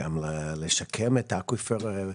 גם לשקם את האקוויפר.